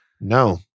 No